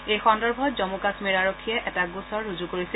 এই সন্দৰ্ভত জম্মু কাম্মীৰ আৰক্ষীয়ে এটা গোচৰ ৰুজু কৰিছিল